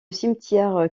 cimetière